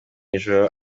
ijoro